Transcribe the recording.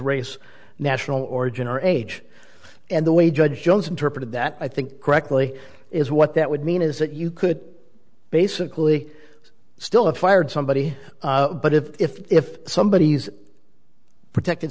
race national origin or age and the way judge jones interpreted that i think correctly is what that would mean is that you could basically still have fired somebody but if if somebody is protect